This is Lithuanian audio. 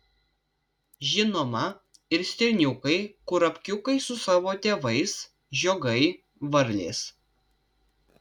žinoma ir stirniukai kurapkiukai su savo tėvais žiogai varlės